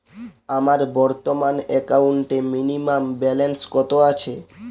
আমার বর্তমান একাউন্টে মিনিমাম ব্যালেন্স কত আছে?